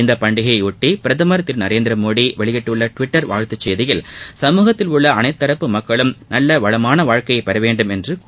இப்பண்டிகையையொட்டி பிரதமர் திரு நரேந்திரமோடி வெளியிட்டுள்ள டுவிட்டர் வாழ்த்து செய்தியில் சமூகத்தில் உள்ள அனைத்து தரப்பு மக்களும் நவ்ல வளமான வாழ்க்கையை பெற வேண்டும் என்று கூறியுள்ளார்